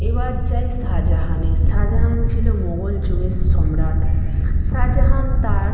এবার যাই শাহজাহানে শাহজাহান ছিল মোগল যুগের সম্রাট শাজাহান তার